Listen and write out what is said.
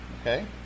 Okay